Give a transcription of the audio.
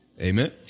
Amen